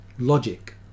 Logic